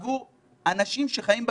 עבור אנשים שחיים בקהילה,